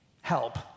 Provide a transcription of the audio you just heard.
help